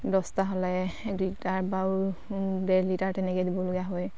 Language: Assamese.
দহটা হ'লে এক লিটাৰ বা আৰু ডেৰ লিটাৰ তেনেকৈ দিবলগীয়া হয়